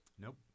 Nope